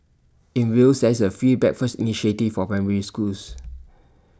in Wales there is A free breakfast initiative for primary schools